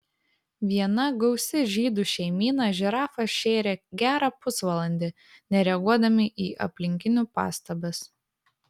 viena gausi žydų šeimyna žirafą šėrė gerą pusvalandį nereaguodami į aplinkinių pastabas